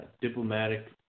diplomatic